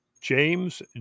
James